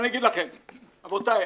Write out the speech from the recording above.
רבותיי,